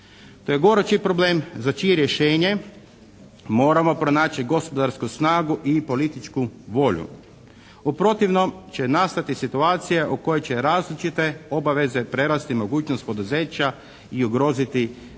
To je gorući problem za čije rješenje moramo pronaći gospodarsku snagu i političku volju. U protivnom će nastati situacija u kojoj će različite obaveze prerasti mogućnost poduzeća i ugroziti njihovo